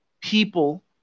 people